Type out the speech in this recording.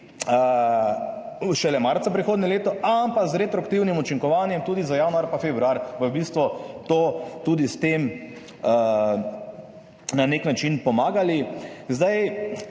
šele marca prihodnje leto, ampak z retroaktivnim učinkovanjem tudi za januar in februar bodo v bistvu tudi s tem na nek način pomagali.